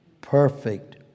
perfect